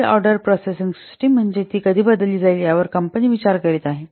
sale order processing system म्हणजे ती कधी बदलली जाईल यावर कंपनी विचार करीत आहे